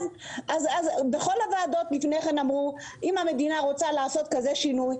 בכל הוועדות לפני כן אמרו: אם המדינה רוצה לעשות כזה שינוי,